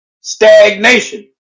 Stagnation